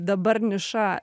dabar niša